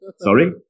Sorry